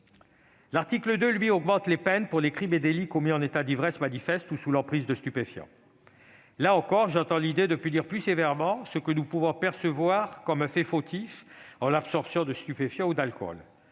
loi vise, lui, à augmenter les peines pour les crimes et délits commis en état d'ivresse manifeste ou sous l'emprise de stupéfiants. Là encore, j'entends l'idée de punir plus sévèrement ce que nous pouvons percevoir comme un fait fautif : l'absorption de stupéfiants ou d'alcool.